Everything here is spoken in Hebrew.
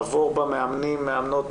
עבור במאמנים/מאמנות,